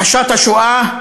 הכחשת השואה,